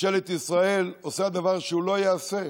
ממשלת ישראל עושה דבר שלא ייעשה: